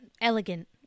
Elegant